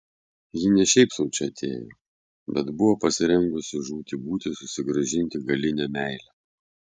ji ne šiaip sau čia atėjo bet buvo pasirengusi žūti būti susigrąžinti galinio meilę